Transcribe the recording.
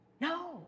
No